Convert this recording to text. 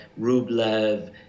Rublev